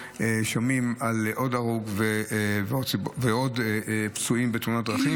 שומעים על עוד הרוג ועוד פצועים בתאונות דרכים,